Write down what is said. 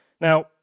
Now